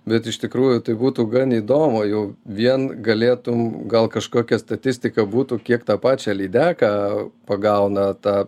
bet iš tikrųjų tai būtų gan įdomu jau vien galėtum gal kažkokia statistika būtų kiek tą pačią lydeką pagauna tą